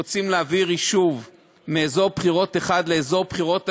כשרוצים להעביר יישוב מאזור בחירות אחד לאזור בחירות אחר,